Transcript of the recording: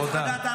תודה.